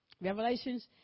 Revelations